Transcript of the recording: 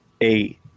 Eight